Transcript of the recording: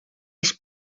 els